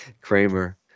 Kramer –